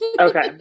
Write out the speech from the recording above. Okay